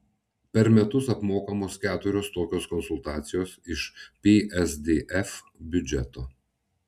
per metus apmokamos keturios tokios konsultacijos iš psdf biudžeto